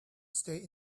stay